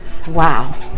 wow